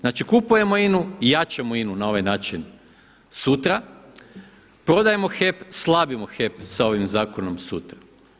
Znači kupujemo INA-u i jačamo INA-u na ovaj način sutra, prodajemo HEP slabimo HEP sa ovim zakonom sutra.